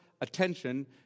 attention